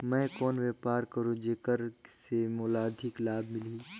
मैं कौन व्यापार करो जेकर से मोला अधिक लाभ मिलही?